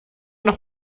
noch